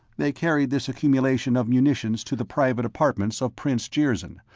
they carried this accumulation of munitions to the private apartments of prince jirzyn,